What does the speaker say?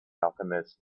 alchemist